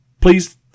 please